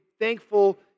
thankful